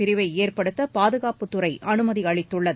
பிரிவை ஏற்படுத்த பாதுகாப்புத்துறை அனுமதியளித்துள்ளது